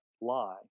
lie